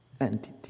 entity